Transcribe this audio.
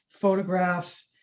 photographs